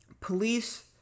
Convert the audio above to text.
Police